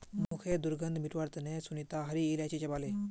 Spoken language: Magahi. मुँहखैर दुर्गंध मिटवार तने सुनीता हरी इलायची चबा छीले